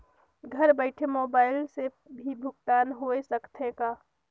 घर बइठे मोबाईल से भी भुगतान होय सकथे का?